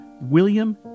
William